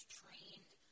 trained